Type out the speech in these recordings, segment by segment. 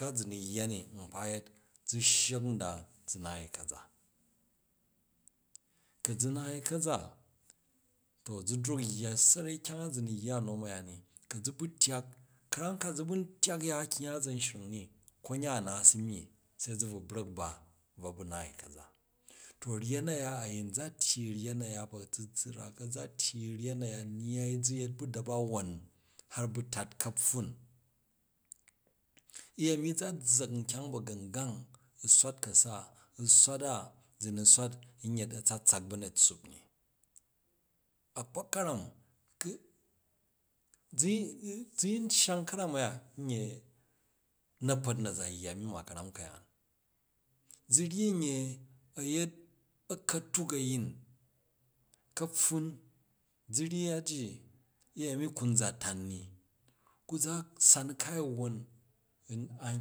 Ka̱ zu̱ nu̱ yya ni nkpa yet zu̱ sshek nda zu̱ naai ka̱za, ku zu̱ naai ka̱za, to zu̱ droh u̱ yya sarai kyang a zu nu̱ yya u̱ nom a̱ya ni, ku zu bu̱ tyak, ka̱ram kazu bu̱ n tyak ya kyungya a̱za̱nshring ni konyan a naat asa nyyi be zu bvu̱ brak u̱ ba a boo mu naai ka̱za, to ryen a̱ya, a̱yin za tyyi uryen a̱ya ba̱zuzrak aza tyyi u̱ ryen a̱ya nyai zu yet ba̱ ba̱bawon har ba̱ tat kapffuna uyemi nza zzak nkyang ba̱gungang u̱ swat ka̱ba uswat a zu na swat nyet ba̱ryet tsuup ni a̱kpak ka̱ram za̱ yin cyang ka̱ram a̱ya nye na̱kpat na̱ zo yya ni ma ka̱ram ka̱yaan zu zyyi nye a̱ yet a̱ka̱tuk a̱yin ka̱pffun za ryyi yya ji uyemi kun za tan mi ku za san kai wwon an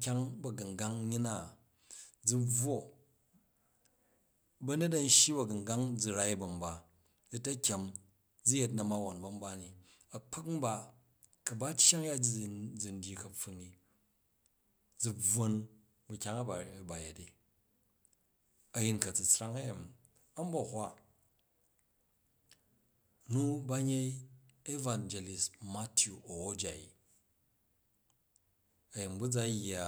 kyang ba̱gungang nyyi na zu bvwo ba̱nyet an shyi ba̱gmgang za rai ba̱nba u̱ ta̱kyem zu yet na̱mawon ba̱n ba ni a̱kpak nba, ku ba cyang yya ji zum zum dyyi ka̱pffun ni, zu bvwon ba̱ kyang aba bayeti, a̱yyi ka̱tsutrang u̱ a̱yemi a̱nba̱hwa nu ban yei evangetest, mathew owojaiye, a̱yin bu za yya.